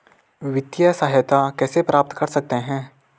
वित्तिय सहायता कैसे प्राप्त कर सकते हैं?